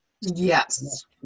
Yes